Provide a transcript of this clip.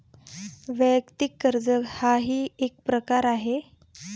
वैयक्तिक कर्ज हाही एक प्रकार आहे